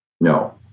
No